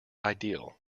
ideal